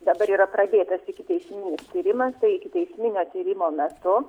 dabar yra pradėtas ikiteisminis tyrimas tai ikiteisminio tyrimo metu